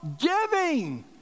giving